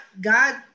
God